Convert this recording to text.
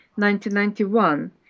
1991